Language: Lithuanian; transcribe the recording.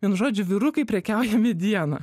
vienu žodžiu vyrukai prekiauja mediena